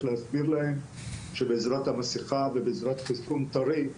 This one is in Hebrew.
להסביר להם שבעזרת המסכה ובעזרת חיסון טרי,